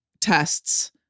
tests